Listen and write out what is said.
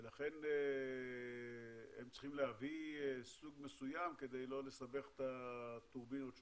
ולכן הם צריכים להביא סוג מסוים כדי לא לסבך את הטורבינות שעובדות.